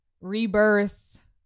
Rebirth